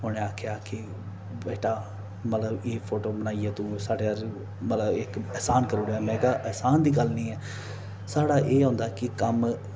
उनें आखेआ कि बेटा मतलब एह् फोटो बनाइयै तू साढ़े पर मतलब इक एहसान करी ओढ़ेआ में केहा एहसान दी गल्ल नीं ऐ साढ़ा एह् होंदा कि कम्म